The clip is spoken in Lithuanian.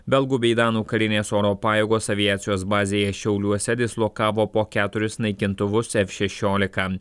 belgų bei danų karinės oro pajėgos aviacijos bazėje šiauliuose dislokavo po keturis naikintuvus f šešiolika